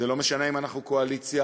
זה לא משנה אם אנחנו קואליציה